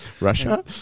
Russia